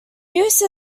use